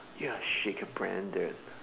ya shake a branded